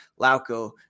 Lauco